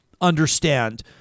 understand